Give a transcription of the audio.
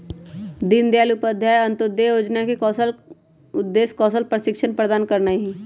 दीनदयाल उपाध्याय अंत्योदय जोजना के उद्देश्य कौशल प्रशिक्षण प्रदान करनाइ हइ